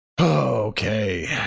Okay